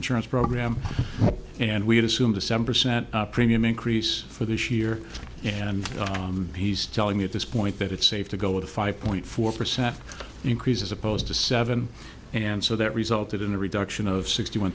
insurance program and we had assumed a seven percent premium increase for this year and he's telling me at this point that it's safe to go with a five point four percent increase as opposed to seven and so that resulted in a reduction of sixty one